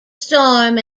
storm